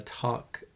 talk